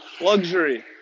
luxury